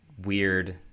weird